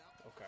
Okay